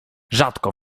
rzadko